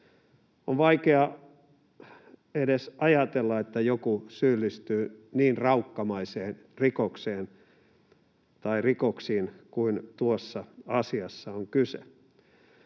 On vaikea edes ajatella, että joku syyllistyy niin raukkamaiseen rikokseen tai rikoksiin kuin mistä tuossa asiassa on kyse.